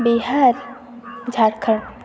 Bihar Jharkhand